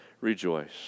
rejoice